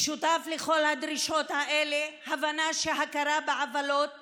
המשותף לכל הדרישות האלה הוא ההבנה שהכרה בעוולות